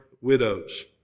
widows